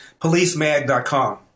PoliceMag.com